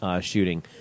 shooting